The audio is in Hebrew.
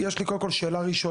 כאן קודם כול יש לי שאלה ראשונה,